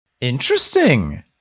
Interesting